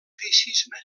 feixisme